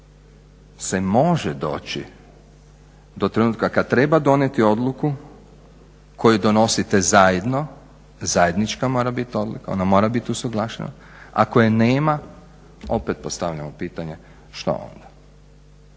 se može doći do trenutka kada treba donijeti odluku koju donosite zajedno, zajednička mora biti odluka ona mora biti usuglašena, a koje nema opet postavljamo pitanje što onda.